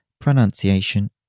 pronunciation